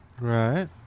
Right